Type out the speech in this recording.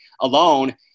alone –